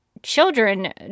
children